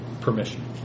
permission